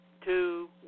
two